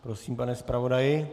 Prosím, pane zpravodaji.